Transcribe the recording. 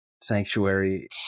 sanctuary